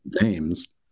names